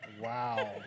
Wow